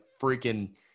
freaking